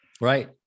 Right